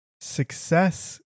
Success